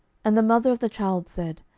and the mother of the child said,